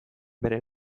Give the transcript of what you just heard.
bere